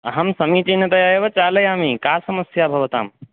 अहं समीचीनतया एव चालयामि का समस्या भवताम्